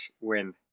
win